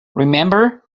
remember